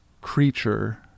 creature